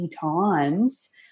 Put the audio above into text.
times